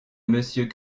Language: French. monsieur